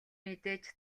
мэдээж